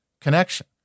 connection